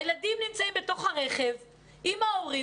הילדים נמצאים בתוך הרכב עם ההורים